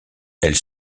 elles